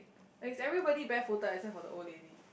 is everybody bare footed except for the old lady